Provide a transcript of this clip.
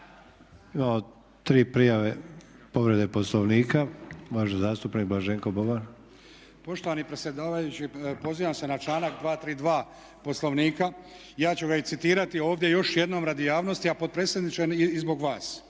Imamo tri prijave povrede Poslovnika. Uvaženi zastupnik Blaženko Boban. **Boban, Blaženko (HDZ)** Poštovani predsjedavajući pozivam se na članak 232. Poslovnika. Ja ću ga i citirati ovdje još jednom radi javnosti a potpredsjedniče i zbog vas